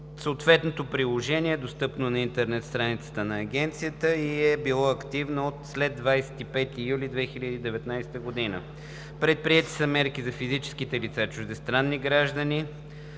Съответното приложение е достъпно на интернет страницата на Агенцията и е било активно след 25 юли 2019 г. Предприети са мерки за физическите лица, чуждестранни граждани,